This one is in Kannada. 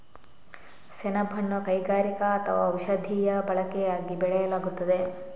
ಸೆಣಬನ್ನು ಕೈಗಾರಿಕಾ ಅಥವಾ ಔಷಧೀಯ ಬಳಕೆಯಾಗಿ ಬೆಳೆಯಲಾಗುತ್ತದೆ